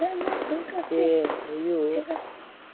ᱡᱮ ᱦᱩᱭᱩᱜ